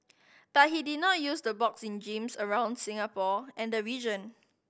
but he did not use to box in gyms around Singapore and the region